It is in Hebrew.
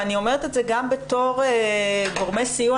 ואני אומרת את זה גם בתור גורמי סיוע,